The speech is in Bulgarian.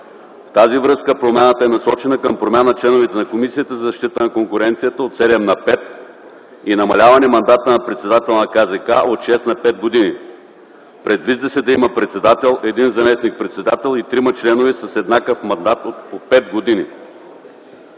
В тази връзка промяната е насочена към промяна на членовете на Комисията за защита на конкуренцията от 7 на 5 и намаляване мандата на председателя на КЗК от 6 на 5 години. Предвижда се да има председател, един заместник-председател и трима членове с еднакъв мандат от по пет години.